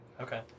Okay